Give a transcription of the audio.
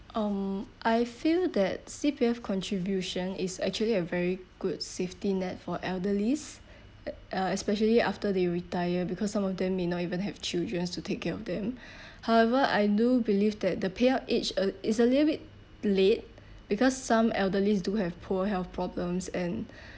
um I feel that C_P_F contribution is actually a very good safety net for elderlys uh uh especially after they retire because some of them may not even have children to take care of them however I do believe that the payout age uh it's a little bit late because some elderlys do have poor health problems and